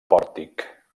pòrtic